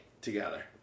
together